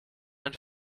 ein